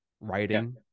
writing